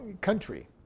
Country